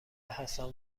هستم